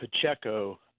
Pacheco